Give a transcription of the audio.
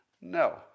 No